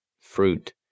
fruit